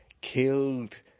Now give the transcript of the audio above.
killed